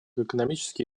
экономический